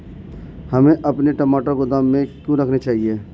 हमें अपने टमाटर गोदाम में क्यों रखने चाहिए?